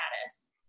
status